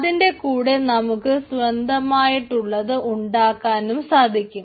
അതിൻറെ കൂടെ നമ്മുടെ സ്വന്തമായിട്ടുള്ളത് ഉണ്ടാക്കാനും സാധിക്കും